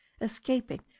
escaping